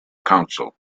council